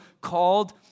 called